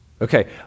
Okay